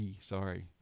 sorry